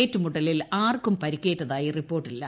ഏറ്റുമുട്ടലിൽ ആർക്കും പ്രിക്കേറ്റതായി റിപ്പോർട്ടില്ല